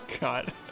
God